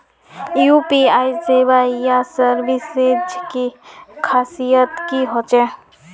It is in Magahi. यु.पी.आई सेवाएँ या सर्विसेज की खासियत की होचे?